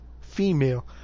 female